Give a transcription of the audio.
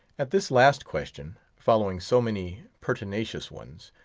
at this last question, following so many pertinacious ones,